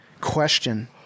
question